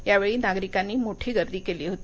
या वेळी नागरिकांनी मोठी गर्दी केली होती